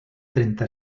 trenta